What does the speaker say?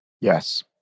Yes